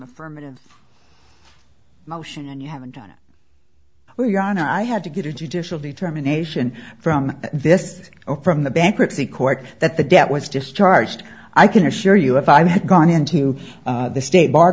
affirmative motion and you haven't done it well your honor i had to get a judicial determination from this or from the bankruptcy court that the debt was discharged i can assure you if i had gone into the state bar